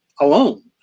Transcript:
alone